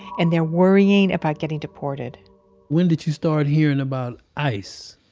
and they're worrying about getting deported when did you start hearing about ice?